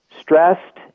stressed